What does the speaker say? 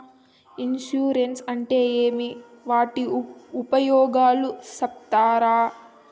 Insurance అంటే ఏమి? వాటి ఉపయోగాలు సెప్తారా?